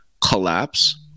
collapse